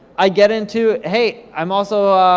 i get into, hey, i'm also,